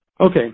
okay